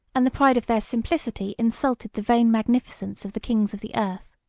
and the pride of their simplicity insulted the vain magnificence of the kings of the earth.